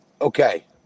Okay